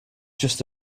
just